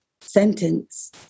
sentence